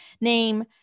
name